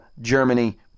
Germany